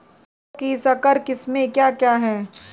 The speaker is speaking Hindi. पौधों की संकर किस्में क्या क्या हैं?